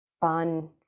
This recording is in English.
Fun